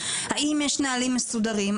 האם יש נהלים מסודרים,